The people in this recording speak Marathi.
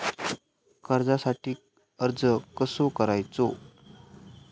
कर्जासाठी अर्ज कसो करायचो?